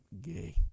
Gay